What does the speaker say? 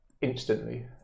Instantly